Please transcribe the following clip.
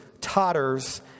totters